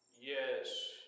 Yes